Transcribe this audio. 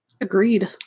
Agreed